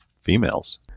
females